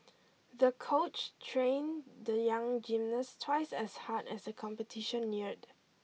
the coach trained the young gymnast twice as hard as the competition neared